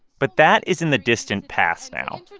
but that is in the distant past now.